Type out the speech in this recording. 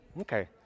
Okay